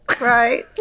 right